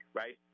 right